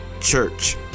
church